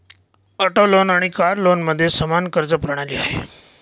auto loan आणि car लोनमध्ये समान कर्ज प्रणाली आहे